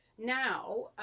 Now